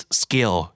skill